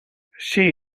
she